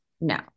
No